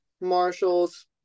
Marshall's